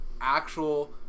actual